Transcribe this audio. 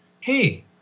hey